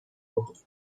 ruchów